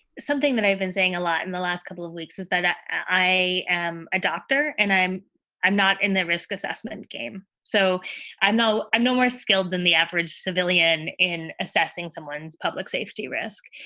something that i've been saying a lot in the last couple of weeks is that that i am a doctor and i'm i'm not in the risk assessment game. so i know i'm no more skilled than the average civilian in assessing someone's public safety risk.